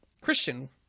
Christian